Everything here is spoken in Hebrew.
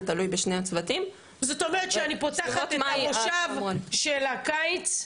זה תלוי בשני הצוותים --- זאת אומרת שכשאני פותחת את המושב של הקיץ,